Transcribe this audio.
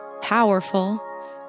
powerful